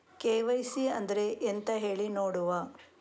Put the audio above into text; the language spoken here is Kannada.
ಕೆ.ವೈ.ಸಿ ಅಂದ್ರೆ ಎಂತ ಹೇಳಿ ನೋಡುವ?